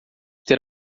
ter